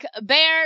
Bear